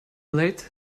lathe